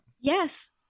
Yes